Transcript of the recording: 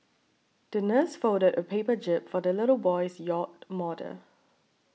the nurse folded a paper jib for the little boy's yacht model